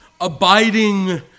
abiding